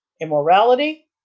immorality